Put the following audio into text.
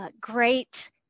Great